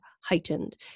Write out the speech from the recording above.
heightened